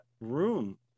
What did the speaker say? room